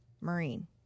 Marine